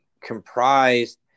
comprised